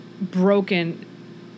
broken